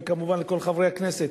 וכמובן לכל חברי הכנסת,